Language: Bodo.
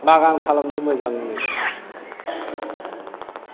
बागान खालामनो मोजां मोनो